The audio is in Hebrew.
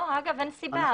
לא, אגב אין סיבה.